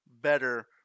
better